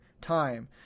time